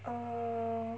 err